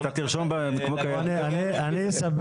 אני אספר